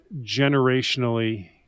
generationally